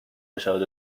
بشود